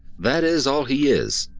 that is all he is,